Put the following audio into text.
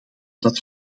dat